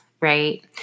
Right